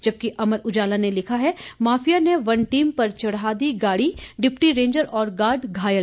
जबकि अमर उजाला ने लिखा है माफिया ने वन टीम पर चढ़ा दी गाड़ी डिप्टी रेंजर और गार्ड घायल